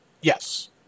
Yes